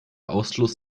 ausschluss